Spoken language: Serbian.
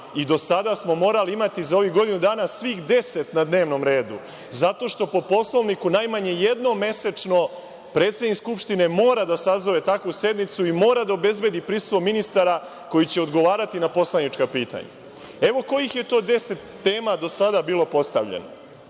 i do sada smo morali imati za ovih godinu dana svih 10 na dnevnom redu, zato što po Poslovniku najmanje jednom mesečno predsednik Skupštine mora da sazove takvu sednicu i mora da obezbedi prisustvo ministara koji će odgovarati na poslanička pitanja. Evo kojih je to 10 tema do sada bilo postavljeno: